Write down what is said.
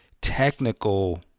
technical